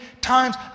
times